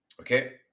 Okay